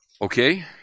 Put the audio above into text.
Okay